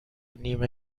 نیمه